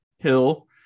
Hill